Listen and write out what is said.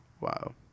Wow